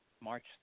March